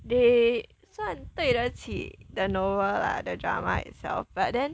they 算对得起 the novel lah the drama itself but then